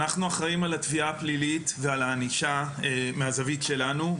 אנחנו אחראים על התביעה הפלילית ועל הענישה מהזווית שלנו.